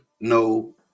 no